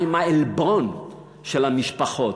מה עם העלבון של המשפחות?